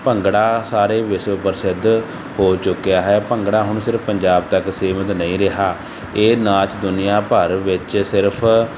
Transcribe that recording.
ਭੰਗੜਾ ਸਾਰੇ ਵਿਸ਼ਵ ਪ੍ਰਸਿੱਧ ਹੋ ਚੁੱਕਿਆ ਹੈ ਭੰਗੜਾ ਹੁਣ ਸਿਰਫ਼ ਪੰਜਾਬ ਤੱਕ ਸੀਮਤ ਨਹੀਂ ਰਿਹਾ ਇਹ ਨਾਚ ਦੁਨੀਆ ਭਰ ਵਿੱਚ ਸਿਰਫ਼